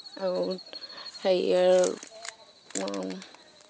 আৰু হেৰিয়ৰ